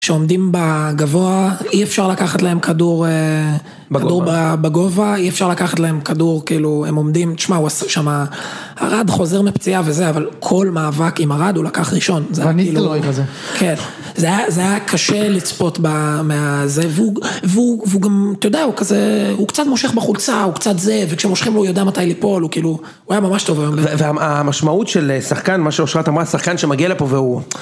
שעומדים בגבוה, אי אפשר לקחת להם כדור... בגובה. בגובה, אי אפשר לקחת להם כדור, כאילו, הם עומדים... תשמע, הוא שמה, ארד חוזר מפציעה וזה, אבל כל מאבק עם ארד הוא לקח ראשון. והניסו לו עם הזה. כן. זה היה קשה לצפות מה מה...זה והוא והוא והוא גם, אתה יודע, הוא כזה... הוא קצת מושך בחולצה, הוא קצת זה... וכשמושכים לו, הוא יודע מתי ליפול, הוא כאילו... הוא היה ממש טוב היום. והמשמעות של שחקן, מה שאושרת אמרה, שחקן שמגיע לפה והוא